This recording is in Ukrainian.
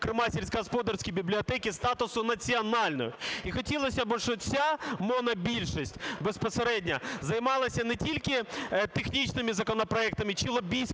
зокрема сільськогосподарській бібліотеці, статус національної. І хотілося би, щоб ця монобільшість безпосередньо займалася не тільки технічними законопроектами чи лобістськими